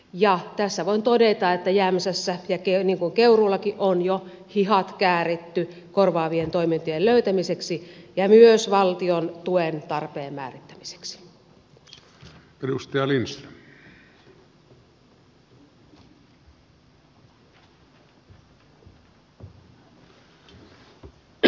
ja tässä voin todeta että jämsässä niin kuin keuruullakin on jo hihat kääritty korvaavien toimintojen löytämiseksi ja myös valtion tuen tarpeen määrittämiseksi